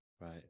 right